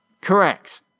Correct